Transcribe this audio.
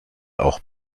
auch